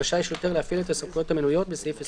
רשאי שוטר להפעיל את הסמכויות המנויות בסעיף 27(א)."